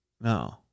No